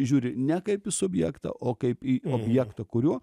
žiūri ne kaip į subjektą o kaip į objektą kuriuo